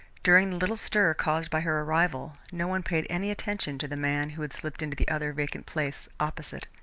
during the little stir caused by her arrival, no one paid any attention to the man who had slipped into the other vacant place opposite.